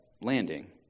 landing